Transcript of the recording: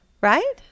Right